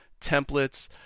templates